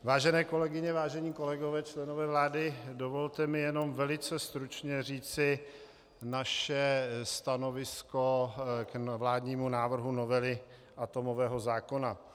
Vážené kolegyně, vážení kolegové, členové vlády, dovolte mi jenom velice stručně říci naše stanovisko k vládnímu návrhu novely atomového zákona.